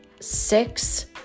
six